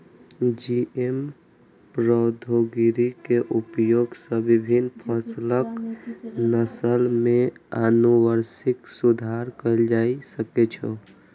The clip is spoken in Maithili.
जी.एम प्रौद्योगिकी के उपयोग सं विभिन्न फसलक नस्ल मे आनुवंशिक सुधार कैल जा सकै छै